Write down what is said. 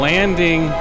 Landing